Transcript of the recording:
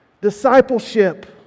discipleship